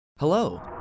Hello